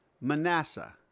manasseh